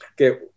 Okay